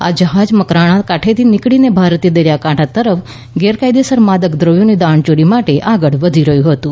આ જહાજ મકરાણના કાંઠેથી નીકળીને ભારતીય દરિયા કાંઠા તરફ ગેરકાયદેસર માદક દ્રવ્યોની દાણયોરી માટે આગળ વધી રહ્યું હતું